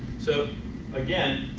so again